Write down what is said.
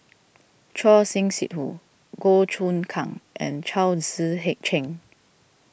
Choor Singh Sidhu Goh Choon Kang and Chao Tzee hey Cheng